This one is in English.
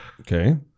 Okay